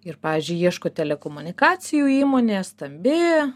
ir pavyzdžiui ieško telekomunikacijų įmonė stambi